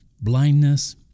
blindness